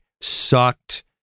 sucked